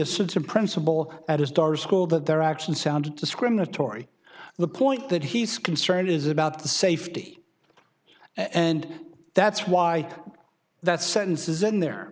assistant principal at a store school that their actions sound discriminatory the point that he's concerned is about the safety and that's why that sentence is in there